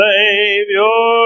Savior